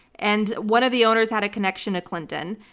and one of the owners had a connection to clinton.